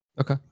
Okay